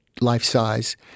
life-size